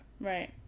right